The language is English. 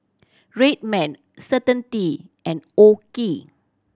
Red Man Certainty and OKI